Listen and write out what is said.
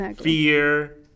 fear